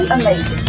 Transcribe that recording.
Amazing